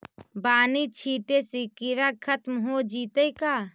बानि छिटे से किड़ा खत्म हो जितै का?